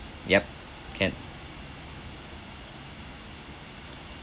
yup can